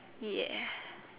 ya